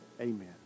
amen